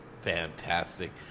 Fantastic